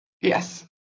Yes